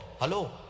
Hello